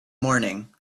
morning